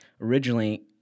originally